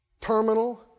terminal